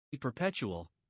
perpetual